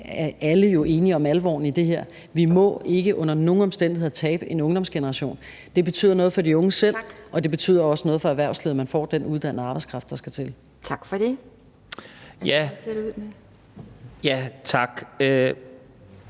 er alle jo enige om alvoren i det her: Vi må ikke under nogen omstændigheder tabe en ungdomsgeneration. Det betyder noget for de unge selv, og det betyder også noget for erhvervslivet, at man får den uddannede arbejdskraft, der skal til. Kl. 17:25